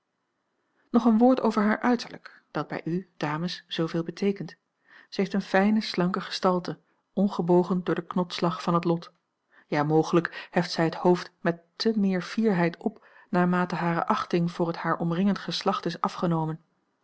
nog een woord over haar uiterlijk dat bij u dames zooveel beteekent zij heeft eene fijne slanke gestalte ongebogen door den knodsslag van het lot ja mogelijk heft zij het hoofd met te meer fierheid op naarmate hare achting voor het haar omringend geslacht is afgenomen